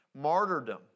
martyrdom